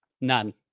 None